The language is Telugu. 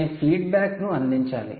నేను ఫీడ్ బ్యాక్ ను అందించాలి